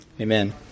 Amen